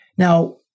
Now